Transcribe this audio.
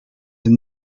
een